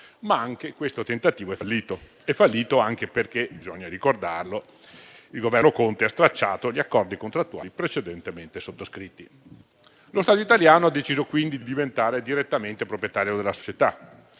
Ma anche questo tentativo è fallito, anche perché - bisogna ricordarlo - il Governo Conte ha stracciato gli accordi contrattuali precedentemente sottoscritti. Lo Stato italiano ha deciso quindi di diventare direttamente proprietario della società.